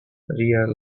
rear